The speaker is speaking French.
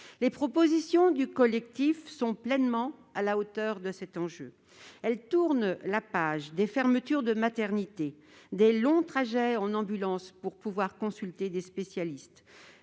Les propositions du collectif sont pleinement à la hauteur de cet enjeu. Elles tournent la page des fermetures de maternités et des longs trajets en ambulance pour consulter des spécialistes.